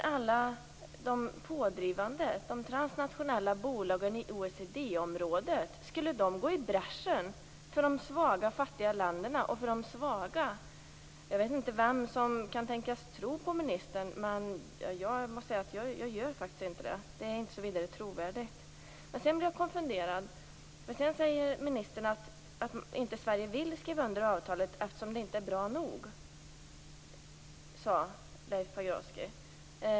Skulle de pådrivande, de transnationella bolagen i OECD-området, gå i bräschen för de svaga och fattiga länderna? Jag vet inte vem som kan tänkas tro på ministern. Jag gör faktiskt inte det. Det är inte vidare trovärdigt. Sedan blev jag konfunderad. Ministern sade att Sverige inte vill skriva under avtalet eftersom det inte är bra nog.